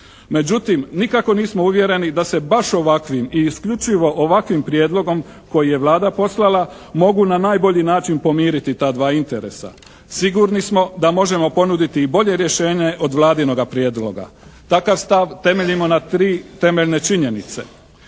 Međutim, nikako nismo uvjereni da se baš ovakvim i isključivo ovakvim prijedlogom koji je Vlada poslala mogu na najbolji način pomiriti ta dva interesa. Sigurni smo da možemo ponuditi i bolje rješenje od Vladinoga prijedloga. Takav stav temeljimo na tri temeljne činjenice.